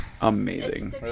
Amazing